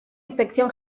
inspección